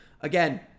again